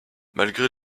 malgré